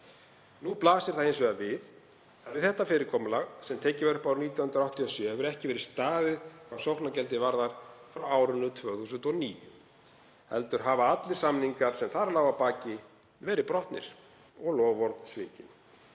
Nú blasir hins vegar við að við þetta fyrirkomulag, sem tekið var upp árið 1987, hefur ekki verið staðið hvað sóknargjaldið varðar frá árinu 2009, heldur hafa allir samningar sem þar lágu að baki verið brotnir og loforð svikin.